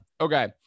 okay